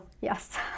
yes